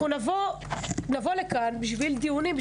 אנחנו נבוא לכאן בשביל דיונים,